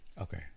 Okay